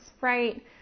right